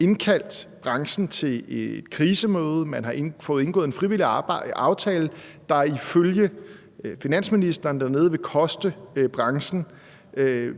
indkaldt branchen til et krisemøde; man har indgået en frivillig aftale, der ifølge finansministeren dernede vil koste branchen